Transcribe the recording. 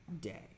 day